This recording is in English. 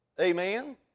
Amen